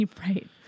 Right